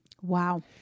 Wow